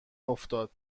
افتاده